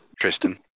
Tristan